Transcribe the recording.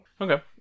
okay